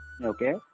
Okay